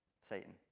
Satan